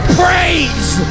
praise